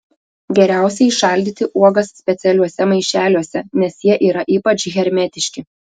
geriausiai šaldyti uogas specialiuose maišeliuose nes jie yra ypač hermetiški